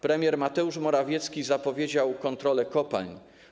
Premier Mateusz Morawiecki zapowiedział kontrolę kopalń.